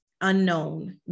Unknown